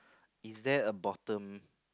is there a bottom